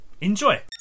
enjoy